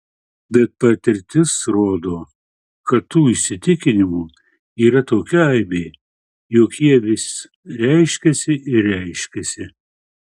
bet patirtis rodo kad tų įsitikinimų yra tokia aibė jog jie vis reiškiasi ir reiškiasi